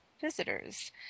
visitors